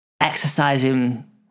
exercising